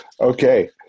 Okay